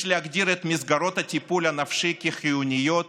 יש להגדיר את מסגרות הטיפול הנפשי כחיוניות